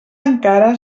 encara